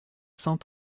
cent